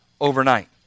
overnight